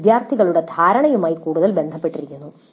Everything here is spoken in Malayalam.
ഇത് വിദ്യാർത്ഥികളുടെ ധാരണയുമായി കൂടുതൽ ബന്ധപ്പെട്ടിരിക്കുന്നു